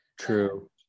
True